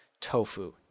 tofu